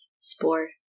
Spore